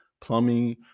plumbing